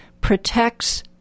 protects